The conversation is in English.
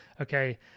okay